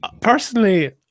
personally